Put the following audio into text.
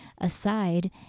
aside